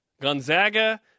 Gonzaga